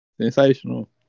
Sensational